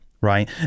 right